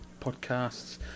podcasts